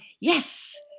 yes